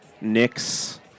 Knicks